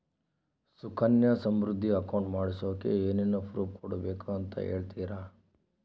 Sukanya Samriddhi account ಮಾಡಿಸೋಕೆ ಏನೇನು proof ಕೊಡಬೇಕು ಅಂತ ಹೇಳ್ತೇರಾ?